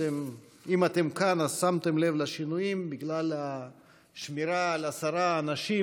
אם אתם כאן אז שמתם לב לשינויים: בגלל השמירה על עשרה אנשים,